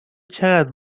چقدر